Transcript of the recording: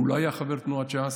הוא לא היה חבר תנועת ש"ס,